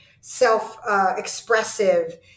self-expressive